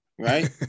Right